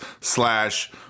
slash